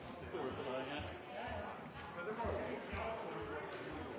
enkeltforslag, men det